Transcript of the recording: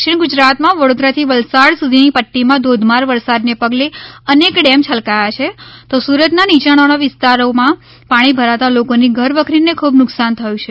દક્ષિણ ગુજરાતમાં વડોદરાથી વલસાડ સુધીની પટ્ટીમાં ધોધમાર વરસાદને પગલે અનેક ડેમ છલકાયાં છે તો સુરતના નીચાણવાળા વિસ્તારમાં પાણી ભરાતા લોકોની ઘરવખરીને ખૂબ નુકસાન થયું છે